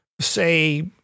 say